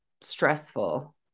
stressful